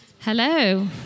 Hello